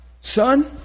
son